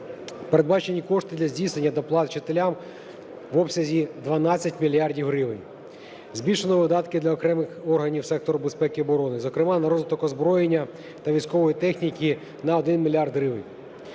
Передбачені кошти для здійснення доплат вчителям в обсязі 12 мільярдів гривень. Збільшено видатки для окремих органів сектору безпеки і оборони, зокрема на розвиток озброєння та військової техніки на 1 мільярд